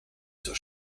zur